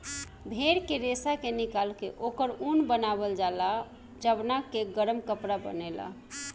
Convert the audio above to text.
भेड़ के रेशा के निकाल के ओकर ऊन बनावल जाला जवना के गरम कपड़ा बनेला